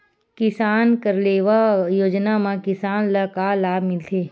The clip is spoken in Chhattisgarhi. किसान कलेवा योजना म किसान ल का लाभ मिलथे?